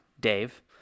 Dave